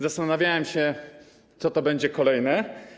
Zastanawiałem się, co będzie kolejne.